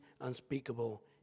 unspeakable